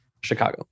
chicago